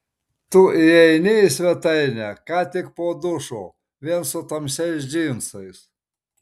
tu įeini į svetainę ką tik po dušo vien su tamsiais džinsais